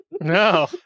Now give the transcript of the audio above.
No